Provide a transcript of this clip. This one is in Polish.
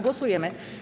Głosujemy.